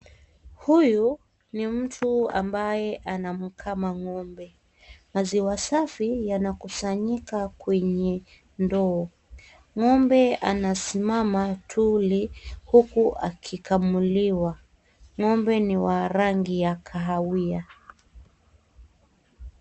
Huyu ni mtu ambaye anamkama ngombe maziwa safi yanakusanyika kwenye ndoo ngombe anasimama tuli huku akikamuliwa ngombe ni wa rangi ya kahawia.